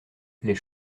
les